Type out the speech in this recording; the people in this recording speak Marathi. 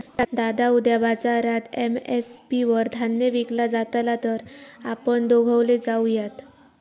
दादा उद्या बाजारात एम.एस.पी वर धान्य विकला जातला तर आपण दोघवले जाऊयात